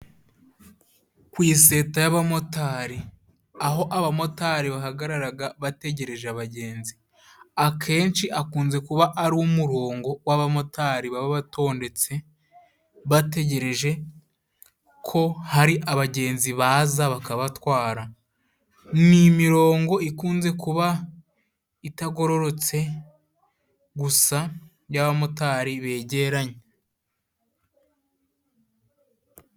Ku iseta y'abamotari aho abamotari bahagararaga bategereje abagenzi. Akenshi akunze kuba ari umurongo w'abamotari baba batondetse bategereje ko hari abagenzi baza bakabatwara. Ni imirongo ikunze kuba itagororotse gusa y'abamotari begeranye.